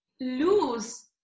lose